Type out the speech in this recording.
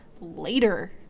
later